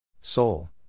Seoul